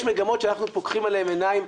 יש מגמות שאנחנו פוקחים עליהם עיניים,